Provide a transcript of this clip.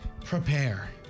prepare